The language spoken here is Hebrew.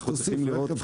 אנחנו צריכים לראות.